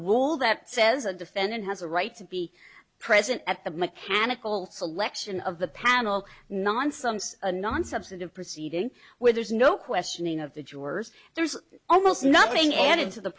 wool that says a defendant has a right to be present at the mechanical selection of the panel nonsense a non substantive proceeding where there's no questioning of the jurors there's almost nothing and into the